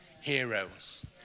Heroes